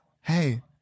Hey